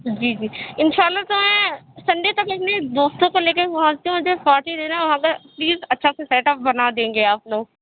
جی جی اِنشاء اللہ تو میں سنڈے تک اپنے دوستوں کو لے کے وہاں پہ مجھے پارٹی دینا ہے وہاں پر پلیز اچھا سا سیٹ اپ بنا دیں گے آپ لوگ